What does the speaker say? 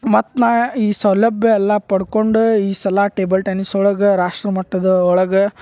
ಮತ್ತು ನಾ ಈ ಸೌಲಭ್ಯ ಎಲ್ಲ ಪಡ್ಕೊಂಡು ಈ ಸಲ ಟೇಬಲ್ ಟೆನಿಸ್ ಒಳಗೆ ರಾಷ್ಟ್ರಮಟ್ಟದ ಒಳಗೆ